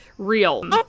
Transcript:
real